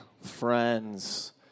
friends